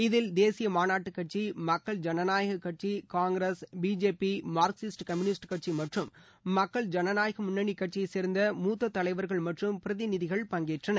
இதில் தேசிய மாநாட்டு கட்சி மக்கள் ஜனநாயக கட்சி காங்கிரஸ் பிஜேபி மார்க்சிஸ்ட் கம்யூனிஸ்ட் கட்சி மற்றும் மக்கள் ஜனநாயக முன்னணி கட்சியைச் சேர்ந்த மூத்த தலைவர்கள் மற்றும் பிரதிநிதிகள் பங்கேற்றனர்